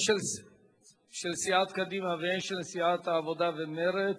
הן של סיעת קדימה והן של סיעת העבודה ומרצ,